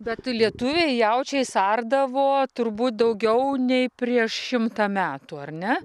bet lietuviai jaučiais ardavo turbūt daugiau nei prieš šimtą metų ar ne